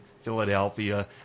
Philadelphia